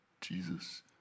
Jesus